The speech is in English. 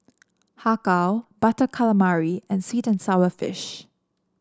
Har Kow Butter Calamari and sweet and sour fish